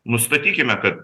nustatykime kad